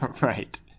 Right